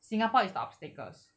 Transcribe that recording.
singapore is the obstacles